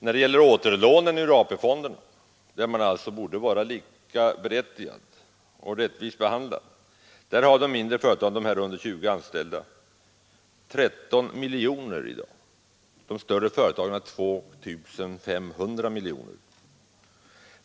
När det gäller återlånen ur AP-fonderna, där större och mindre företag borde vara likaberättigade och rättvist behandlade, har företag med mindre än 20 anställda kunnat låna 13 miljoner i dag. De större företagen har lånat 2 500 miljoner.